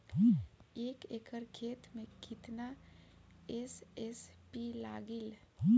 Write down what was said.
एक एकड़ खेत मे कितना एस.एस.पी लागिल?